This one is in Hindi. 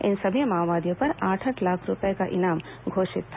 इन सभी माओवादियों पर आठ आठ लाख रूपये का इनाम घोषित था